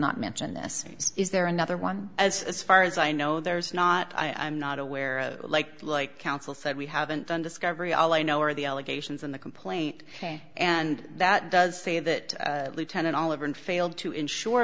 not mention this is there another one as far as i know there's not i'm not aware of like like counsel said we haven't done discovery all i know are the allegations in the complaint and that does say that lieutenant oliver and failed to ensure